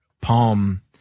Palm